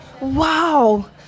Wow